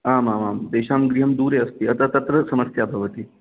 आम् आम् आम् तेषां गृहं दूरे अस्ति अत तत्र समस्या भवति